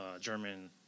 German